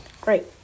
Great